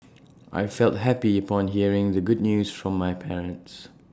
I felt happy upon hearing the good news from my parents